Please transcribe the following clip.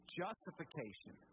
justification